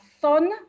son